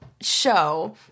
show